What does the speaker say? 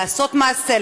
לעשות מעשה,